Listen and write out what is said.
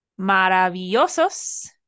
Maravillosos